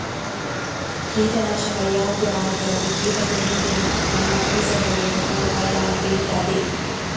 ಕೀಟನಾಶಕ ಯಾವ್ದು ಆದ್ರೂ ಅದು ಕೀಟ ಕೊಲ್ಲುದ್ರ ಒಟ್ಟಿಗೆ ನಮ್ಮ ಪರಿಸರದ ಮೇಲೆ ತುಂಬಾ ಪರಿಣಾಮ ಬೀರ್ತದೆ